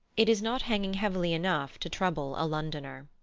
it is not hanging heavily enough to trouble a londoner.